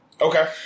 Okay